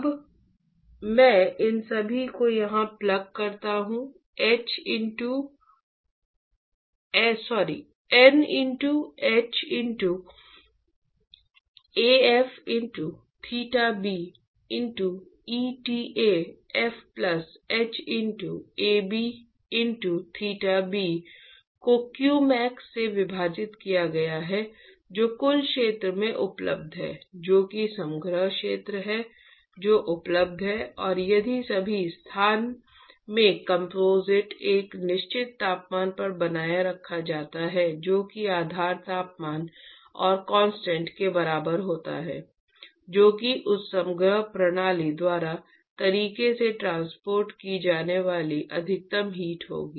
अब मैं इन सभी को यहां प्लग करता हूं N into h into Af into theta b into eta f plus h into Ab into theta b को qmax से विभाजित किया गया है जो कुल क्षेत्र में उपलब्ध है जो कि समग्र क्षेत्र है जो उपलब्ध है और यदि सभी स्थान में कंपोजिट एक निश्चित तापमान पर बनाए रखा जाता है जो कि आधार तापमान और कांस्टेंट के बराबर होता है जो कि उस समग्र प्रणाली द्वारा तरीके से ट्रांसपोर्ट की जाने वाली अधिकतम हीट होगी